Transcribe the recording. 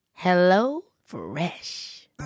HelloFresh